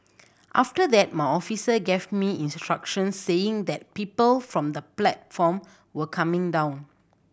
after that my officer gave me instructions saying that people from the platform were coming down